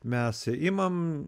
mes imam